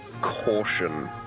caution